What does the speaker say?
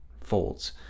folds